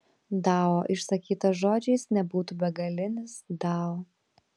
dao išsakytas žodžiais nebūtų begalinis dao